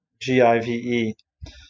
G-I-V-E